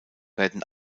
werden